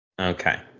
Okay